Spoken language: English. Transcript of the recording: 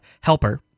Helper